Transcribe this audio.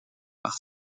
par